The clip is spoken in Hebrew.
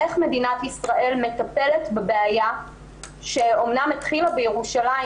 איך מדינת ישראל מטפלת בבעיה שאמנם התחילה בירושלים,